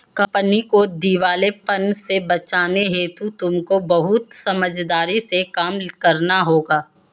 company को दिवालेपन से बचाने हेतु तुमको बहुत समझदारी से काम करना होगा